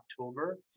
October